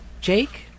Jake